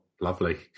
lovely